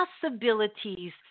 possibilities